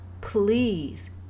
please